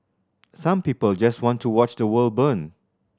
some people just want to watch the world burn